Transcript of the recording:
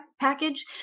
package